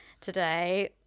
today